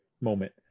moment